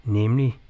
nemlig